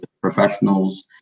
professionals